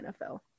NFL